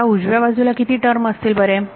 आता उजव्या बाजूला किती टर्म असतील बरे